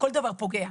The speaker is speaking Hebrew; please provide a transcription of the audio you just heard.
כל דבר פוגע,